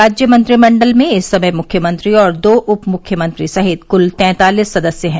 राज्य मंत्रिमंडल में इस समय मुख्यमंत्री दो उप मुख्यमंत्री सहित कुल तैंतालीस सदस्य हैं